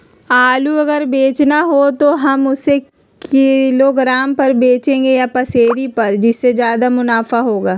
आलू अगर बेचना हो तो हम उससे किलोग्राम पर बचेंगे या पसेरी पर जिससे ज्यादा मुनाफा होगा?